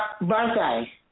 Birthday